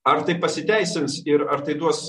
ar tai pasiteisins ir ar tai duos